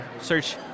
search